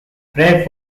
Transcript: pratt